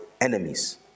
enemies